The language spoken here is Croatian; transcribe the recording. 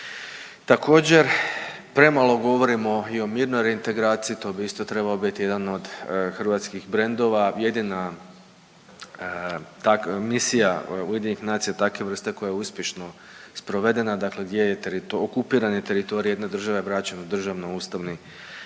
Također premalo govorimo i o mirnoj reintegraciji, to bi isto trebao biti jedan od hrvatskih brandova. Jedina misija UN-a takve vrste koja je uspješno sprovedena dakle gdje je okupirani teritorij jedne države vraćen u državno ustavni